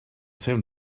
same